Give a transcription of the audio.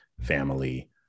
family